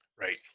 Right